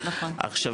עכשיו,